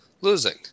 losing